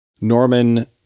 Norman